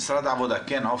כן עופר.